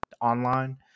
online